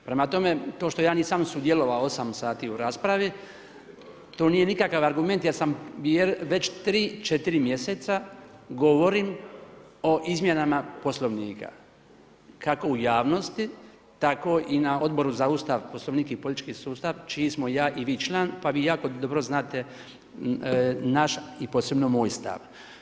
Prema tome, to što ja nisam sudjelovao osam sati u raspravi to nije nikakav argument ja sam već tri, četiri mjeseca govorim o izmjenama Poslovnika kako u javnosti tako i na Odboru za Ustav, Poslovnik i politički sustav čiji smo ja i vi član pa vi jako dobro znate naš i posebno moj stav.